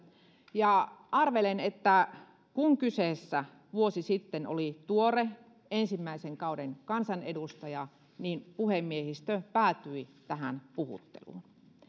ja arvelen että kun kyseessä vuosi sitten oli tuore ensimmäisen kauden kansanedustaja niin puhemiehistö päätyi tähän puhutteluun